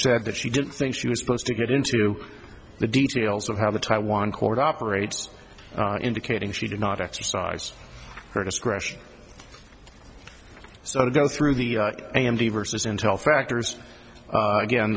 said that she didn't think she was supposed to get into the details of how the taiwan court operates indicating she did not exercise her discretion so to go through the a m d versus intel factors again